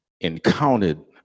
encountered